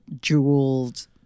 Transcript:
jeweled